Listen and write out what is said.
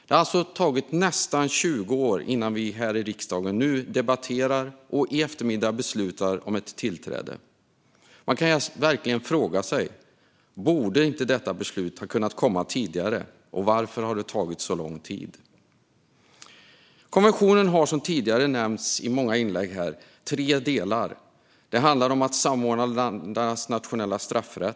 Det har alltså tagit nästan 20 år innan vi här i riksdagen nu debatterar och i eftermiddag beslutar om ett tillträde. Man kan verkligen fråga sig: Borde inte detta beslut ha kunnat komma tidigare, och varför har det tagit så lång tid? Konventionen har, som tidigare nämnts i många inlägg här, tre delar. Det gäller först att samordna ländernas nationella straffrätt.